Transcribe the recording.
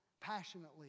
passionately